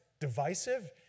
divisive